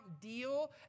deal